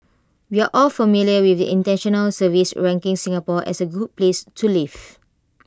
we're all familiar with the International surveys ranking Singapore as A good place to live